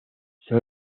son